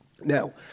Now